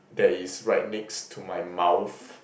that is right next to my mouth